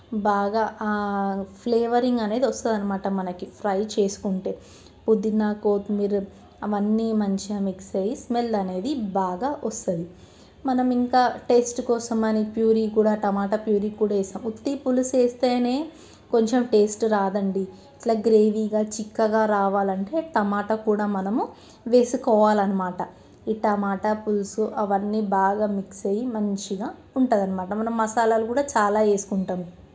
బాగా ఫ్లేవరింగ్ అనేది వస్తుంది అన్నమాట మనకి ఫ్రై చేసుకుంటే పుదీనా కొత్తిమీర అవన్నీ మంచిగా మిక్స్ అయి స్మెల్ అనేది బాగా వస్తుంది మనము ఇంకా టేస్ట్ కోసం అని ప్యూరీ కూడా టమాట ప్యూరీ కూడా వేసాము ఉత్తి పులుసు వేస్తేనే కొంచెం టేస్ట్ రాదండి ఇట్లా గ్రేవీగా చిక్కగా రావాలంటే టమాటా కూడా మనము వేసుకోవాలన్నమాట ఈ టమాటా పులుసు అవన్నీ బాగా మిక్సయి మంచిగా ఉంటుందన్నమాట మనం మసాలాలు కూడా చాలా వేసుకుంటాము